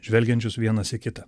žvelgiančius vienas į kitą